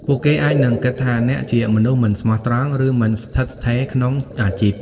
ពួកគេអាចនឹង គិតថាអ្នកជាមនុស្សមិនស្មោះត្រង់ ឬ មិនស្ថិតស្ថេរ ក្នុងអាជីព។